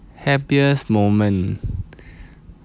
happiest moment